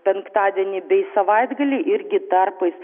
penktadienį bei savaitgalį irgi tarpais